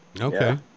Okay